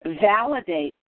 validate